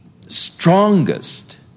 strongest